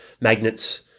magnets